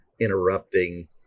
interrupting